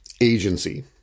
agency